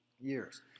years